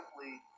simply